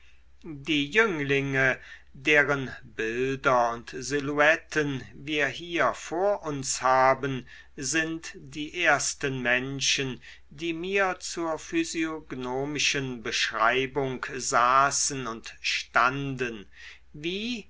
die jünglinge deren bilder und silhouetten wir hier vor uns haben sind die ersten menschen die mir zur physiognomischen beschreibung saßen und standen wie